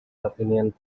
opinion